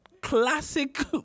classic